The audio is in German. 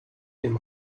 dem